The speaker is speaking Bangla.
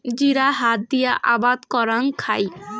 জিরা হাত দিয়া আবাদ করাং খাই